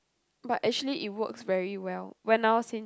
but actually it works very well when I was in